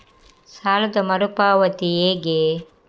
ಸಾಲದ ಮರು ಪಾವತಿ ಹೇಗೆ?